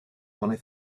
money